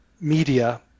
media